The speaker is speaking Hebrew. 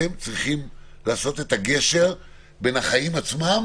אתם צריכים לעשות את הגשר בין החיים עצמם